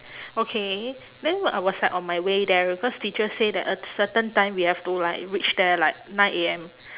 okay then I was like on my way there because teacher say that a certain time we have to like reach there like nine A_M